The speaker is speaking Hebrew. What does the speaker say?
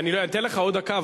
אני אתן לך עוד דקה,